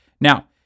Now